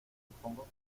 supongo